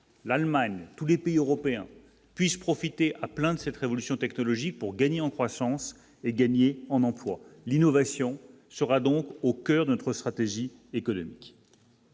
l'Allemagne, tous les pays européens puissent profiter à plein de cette révolution technologique pour gagner en croissance et gagner en emploi l'innovation sera donc au coeur de notre stratégie économique.